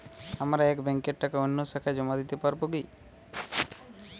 আমার এক ব্যাঙ্কের টাকা অন্য শাখায় জমা দিতে পারব কি?